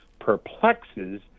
perplexes